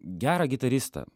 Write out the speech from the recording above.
gerą gitaristą